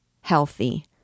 healthy